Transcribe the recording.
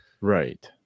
Right